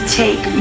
take